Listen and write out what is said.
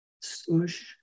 swoosh